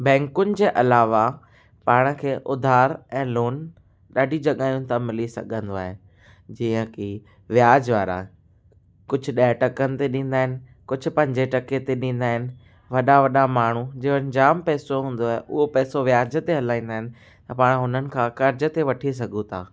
बैंकुनि जे अलावा पाण खे उधार ऐं लोन ॾाढी जॻहियुनि था मिली सघंदो आहे जीअं कि ब्याज वारा कुझु ॾह टकनि ते ॾींदा आहिनि कुझु पंजे टके ते ॾींदा आहिनि वॾा वॾा माण्हू जिन वटि जाम पैसो हूंदो आहे उहो पैसो ब्याज ते हलाईंदा आहिनि ऐं पाण हुननि खां कर्ज़ ते वठी सघूं था